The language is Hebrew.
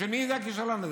של מי זה הכישלון הזה?